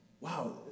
wow